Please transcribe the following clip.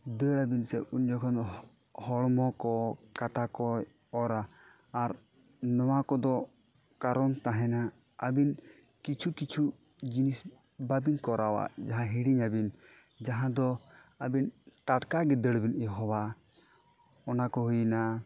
ᱫᱟᱹᱲ ᱟᱹᱵᱤᱱ ᱥᱮ ᱩᱱ ᱡᱚᱠᱷᱚᱱ ᱦᱚᱲᱢᱚ ᱠᱚ ᱠᱟᱴᱟ ᱠᱚᱭ ᱚᱨᱟ ᱟᱨ ᱱᱚᱣᱟ ᱠᱚᱫᱚ ᱠᱟᱨᱚᱱ ᱛᱟᱦᱮᱱᱟ ᱟᱹᱵᱤᱱ ᱠᱤᱪᱷᱩ ᱠᱤᱪᱷᱩ ᱡᱤᱱᱤᱚᱥ ᱵᱟᱹᱵᱤᱱ ᱠᱚᱨᱟᱣᱟ ᱡᱟᱦᱟᱸ ᱦᱤᱲᱤᱧᱟᱵᱤᱱ ᱡᱟᱦᱟᱸ ᱫᱚ ᱟᱹᱵᱤᱱ ᱴᱟᱴᱠᱟᱜᱮ ᱫᱟᱹᱲᱵᱮᱱ ᱮᱦᱚᱵᱟ ᱚᱱᱟ ᱠᱚ ᱦᱩᱭᱱᱟ